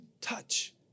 touch